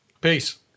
Peace